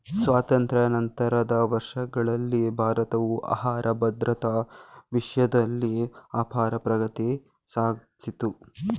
ಸ್ವಾತಂತ್ರ್ಯ ನಂತರದ ವರ್ಷಗಳಲ್ಲಿ ಭಾರತವು ಆಹಾರ ಭದ್ರತಾ ವಿಷಯ್ದಲ್ಲಿ ಅಪಾರ ಪ್ರಗತಿ ಸಾದ್ಸಿತು